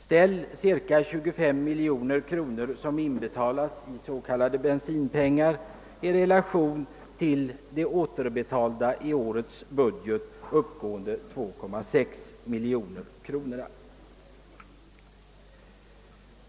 Ställ cirka 25 miljoner kronor, som inbetalats i s.k. bensinpengar, i relation till de återbetalade pengarna, som i årets budget uppgår till 2,6 miljoner kronor!